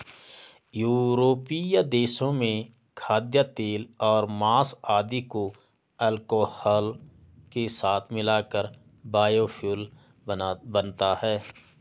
यूरोपीय देशों में खाद्यतेल और माँस आदि को अल्कोहल के साथ मिलाकर बायोफ्यूल बनता है